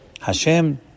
Hashem